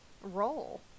Roll